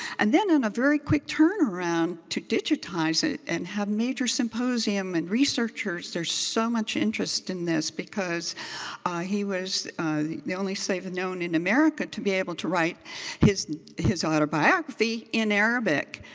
and then on a very quick turnaround to digitize it and have a major symposium and researchers. there's so much interest in this because he was the only slave known in america to be able to write his his autobiography in arabic.